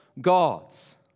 gods